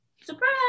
Surprise